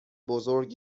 بزرگ